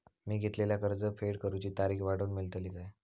मी घेतलाला कर्ज फेड करूची तारिक वाढवन मेलतली काय?